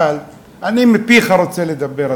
אבל מפיך אני רוצה לדבר,